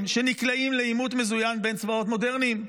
שנקלעים לעימות מזוין בין צבאות מודרניים.